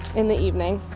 in the evening,